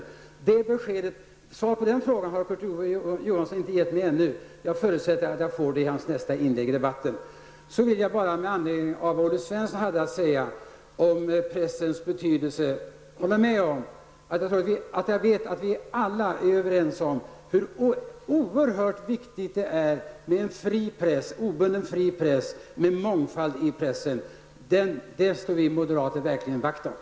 Kurt Ove Johansson har inte givit mig besked om detta ännu -- jag förutsätter att jag får det i hans nästa inlägg i debatten. Med anledning av vad Olle Svensson hade att säga om pressens betydelse vill jag säga att vi alla är överens om hur oerhört viktigt det är med en obunden, fri press med mångfald. Det slår vi moderater verkligen vakt om.